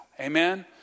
Amen